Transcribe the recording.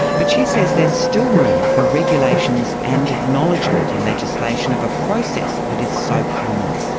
but she says there's still room for regulations and acknowledgement in legislation of a process that is so common.